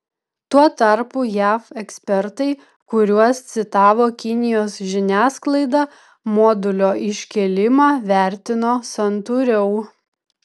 tuo tarpu jav ekspertai kuriuos citavo kinijos žiniasklaida modulio iškėlimą vertino santūriau